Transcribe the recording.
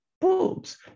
boobs